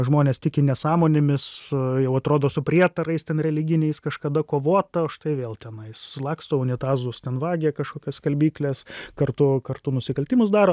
žmonės tiki nesąmonėmis jau atrodo su prietarais ten religiniais kažkada kovota o štai vėl tenais laksto unitazus ten vagia kažkokias skalbykles kartu kartu nusikaltimus daro